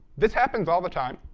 this happens all the time.